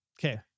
Okay